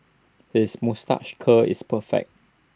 his moustache curl is perfect